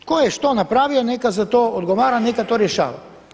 Tko je što napravio neka za to odgovara, neka to rješava.